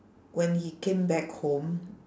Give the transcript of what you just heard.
when he came back home